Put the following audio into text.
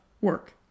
work